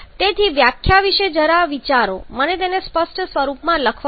તેથી વ્યાખ્યા વિશે જરા વિચારો મને તેને સ્પષ્ટ સ્વરૂપમાં લખવા દો